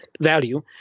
value